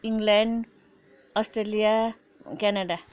England Australia Canada